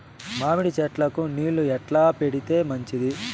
మామిడి చెట్లకు నీళ్లు ఎట్లా పెడితే మంచిది?